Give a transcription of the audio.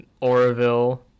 Oroville